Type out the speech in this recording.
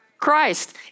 Christ